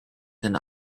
than